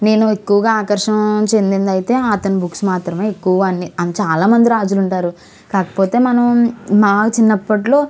నేను ఎక్కువగా ఆకర్షణ చెందింది అయితే అతని బుక్స్ మాత్రమే ఎక్కువ అంటే చాలా మంది రాజులు ఉంటారు కాకపోతే మనం నా చిన్నప్పటిలో